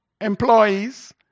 employees